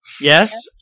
Yes